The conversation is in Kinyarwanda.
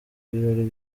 ibirori